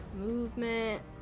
movement